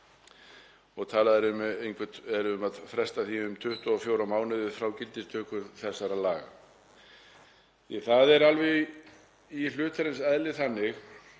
Talað er um að fresta því um 24 mánuði frá gildistöku þessara laga. Það er í hlutarins eðli þannig